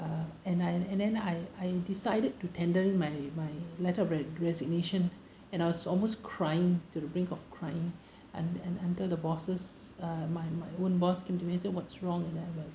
uh and I and then I I decided to tender in my my letter of re~ resignation and I was almost crying to the brink of crying and and enter the bosses uh my my own boss came to me and said what's wrong and then